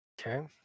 Okay